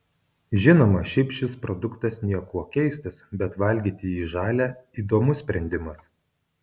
žinoma šiaip šis produktas niekuo keistas bet valgyti jį žalią įdomus sprendimas